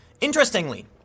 Interestingly